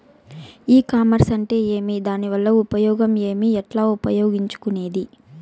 ఈ కామర్స్ అంటే ఏమి దానివల్ల ఉపయోగం ఏమి, ఎట్లా ఉపయోగించుకునేది?